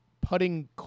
putting